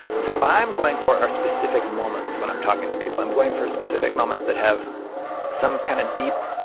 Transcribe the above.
so what i'm going for are specific moments when i'm talking to people. i'm going for specific moments that have some kind of deep,